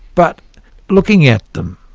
but looking at them,